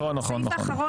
זה לא דיון קריטי.